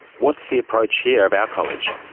what's the approach here, of our college?